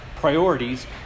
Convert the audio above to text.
Priorities